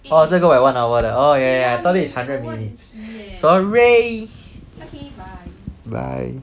orh 这个我有 one hour 的 oh ya ya ya I thought this is hundred minutes sorry bye